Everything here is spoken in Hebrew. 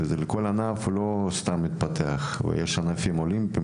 והם לא מתפתחים סתם בכל ענף.